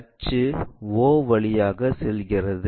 அச்சு o வழியாக செல்கிறது